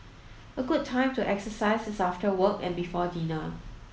a good time to exercise is after work and before dinner